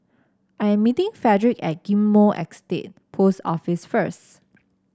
I'm meeting Fredrick at Ghim Moh Estate Post Office first